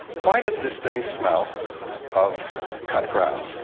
why does this thing smell of cut grass,